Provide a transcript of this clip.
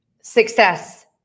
Success